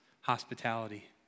hospitality